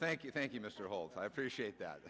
thank you thank you mr holt i appreciate that